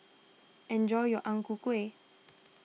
enjoy your Ang Ku Kueh